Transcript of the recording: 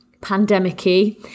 pandemic-y